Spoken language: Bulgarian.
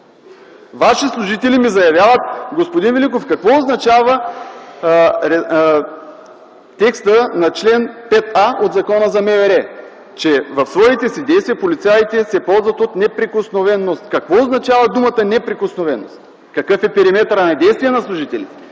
Ваши служители ми заявяват: „Господин Великов, какво означава текстът на чл. 5а от Закона за МВР, че в своите си действия полицаите се ползват от неприкосновеност?” Какво означава думата „неприкосновеност”? Какъв е периметърът на действие на служителите?